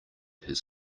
his